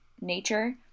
nature